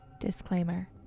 disclaimer